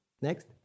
Next